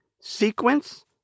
sequence